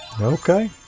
Okay